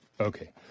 Okay